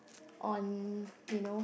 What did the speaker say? on you know